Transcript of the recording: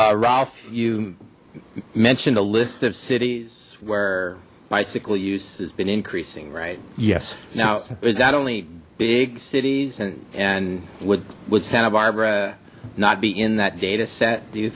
ph you mentioned a list of cities where bicycle use has been increasing right yes now is that only big cities and and with with santa barbara not be in that data set do you